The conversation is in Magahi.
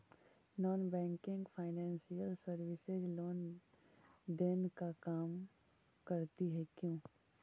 Non banking financial services loan देने का काम करती है क्यू?